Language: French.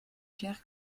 clair